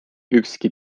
ükski